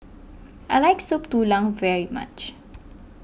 I like Soup Tulang very much